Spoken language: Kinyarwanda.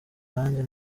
nanjye